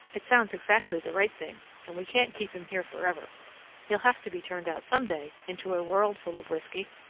it sounds exactly the right thing, and we can't keep him here forever he'll have to be turned out some day into a world full of whisky.